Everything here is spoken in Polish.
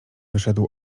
wyszedł